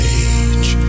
age